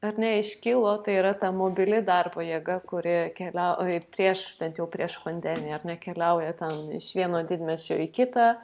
ar ne iškilo tai yra ta mobili darbo jėga kuri keliavo prieš bet jau prieš vandenį ar ne keliauja ten iš vieno didmiesčio į kitą